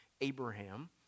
Abraham